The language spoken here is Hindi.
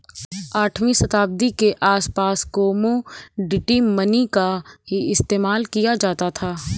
आठवीं शताब्दी के आसपास कोमोडिटी मनी का ही इस्तेमाल किया जाता था